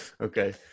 Okay